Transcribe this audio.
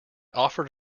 offered